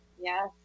Yes